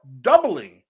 doubling